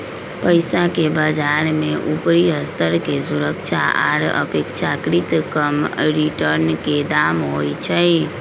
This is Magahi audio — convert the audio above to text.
पइसाके बजार में उपरि स्तर के सुरक्षा आऽ अपेक्षाकृत कम रिटर्न के दाम होइ छइ